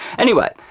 anyway,